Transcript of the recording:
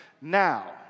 now